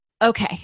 okay